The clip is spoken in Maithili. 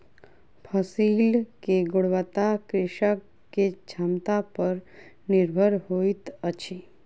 फसिल के गुणवत्ता कृषक के क्षमता पर निर्भर होइत अछि